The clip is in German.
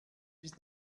bis